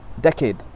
decade